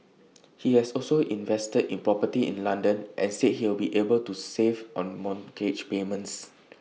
he has also invested in property in London and said he will be able to save on mortgage payments